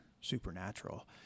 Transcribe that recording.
supernatural